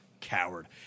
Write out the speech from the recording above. Coward